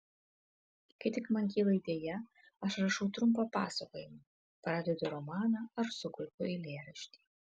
kai tik man kyla idėja aš rašau trumpą pasakojimą pradedu romaną ar sukurpiu eilėraštį